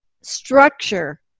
structure